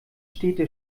städte